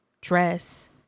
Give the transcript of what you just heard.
dress